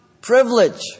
privilege